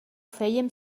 fèiem